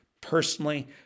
personally